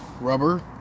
Rubber